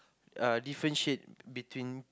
uh differentiate between